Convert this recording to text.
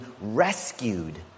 rescued